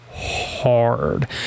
Hard